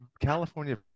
California